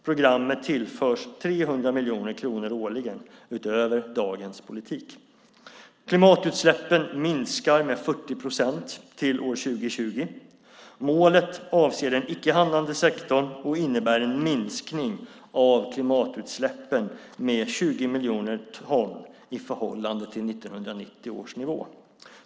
Programmet tillförs 300 miljoner kronor årligen, utöver dagens politik. Klimatutsläppen minskar med 40 procent till år 2020. Målet avser den icke handlande sektorn och innebär en minskning av klimatutsläppen med 20 miljoner ton i förhållande till 1990 års nivå.